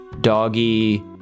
doggy